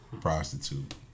prostitute